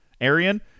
Arian